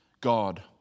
God